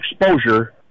exposure